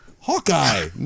Hawkeye